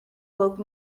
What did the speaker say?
woke